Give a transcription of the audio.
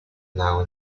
now